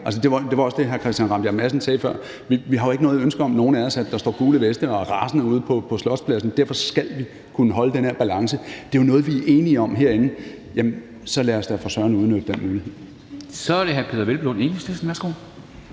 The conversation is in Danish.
Det var også det, som hr. Christian Rabjerg Madsen sagde før. Ingen af os har jo et ønske om, at der står gule veste og er rasende ude på Slotspladsen. Derfor skal vi kunne holde den her balance. Det er jo noget, vi er enige om herinde. Så lad os da for søren udnytte den mulighed. Kl. 10:22 Formanden (Henrik